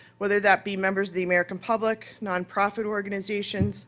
whether that be members of the american public, nonprofit organizations